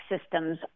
systems